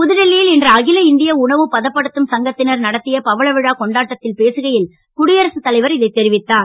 புதுடில்லி யில் இன்று அகில இந்திய உணவு பதப்படுத்தும் சங்கத்தினர் நடத்திய பவள விழா கொண்டாட்டத்தில் பேசுகையில் குடியரசுத் தலைவர் இதைத் தெரிவித்தார்